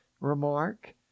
remark